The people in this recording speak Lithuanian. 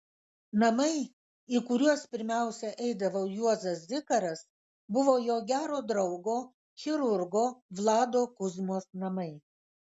namai į kuriuos pirmiausia eidavo juozas zikaras buvo jo gero draugo chirurgo vlado kuzmos namai